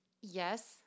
yes